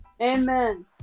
Amen